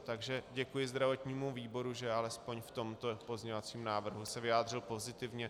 Takže děkuji zdravotnímu výboru, že alespoň v tomto pozměňovacím návrhu se vyjádřil pozitivně.